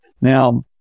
Now